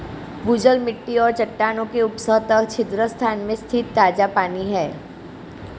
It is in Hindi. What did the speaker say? भूजल मिट्टी और चट्टानों के उपसतह छिद्र स्थान में स्थित ताजा पानी है